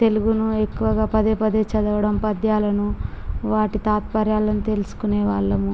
తెలుగును ఎక్కువగా పదే పదే చదవడం పద్యాలను వాటి తాత్పర్యాలను తెలుసుకునే వాళ్ళము